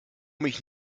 mich